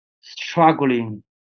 struggling